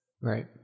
Right